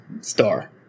star